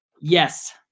Yes